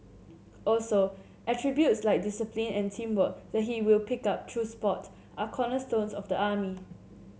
also attributes like discipline and teamwork that he will pick up through sport are cornerstones of the army